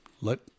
let